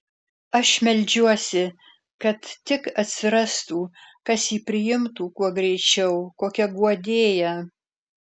aš meldžiuosi kad tik atsirastų kas jį priimtų kuo greičiau kokia guodėja